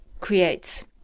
creates